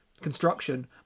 construction